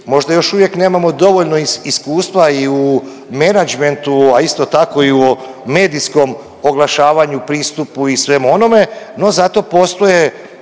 možda još uvijek nemamo dovoljno iskustva i u menadžmentu, a isto tako i u medijskom oglašavanju, pristupu i svemu onome, no zato postoje